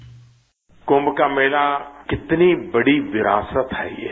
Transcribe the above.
bite Kumbh का मेला कितनी बड़ी विरासत है ये